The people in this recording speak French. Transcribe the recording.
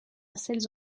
celles